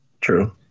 True